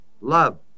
Love